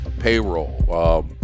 Payroll